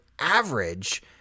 average